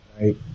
Right